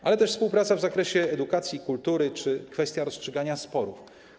Ale jest też współpraca w zakresie edukacji i kultury czy kwestia rozstrzygania sporów.